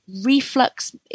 reflux